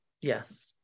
Yes